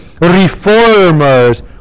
reformers